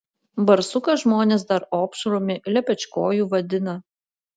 barsuką žmonės dar opšrumi lepečkoju vadina